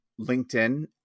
LinkedIn